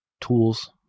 tools